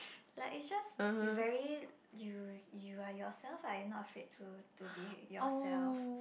like is just you very you you are yourself you are not afraid to to be yourself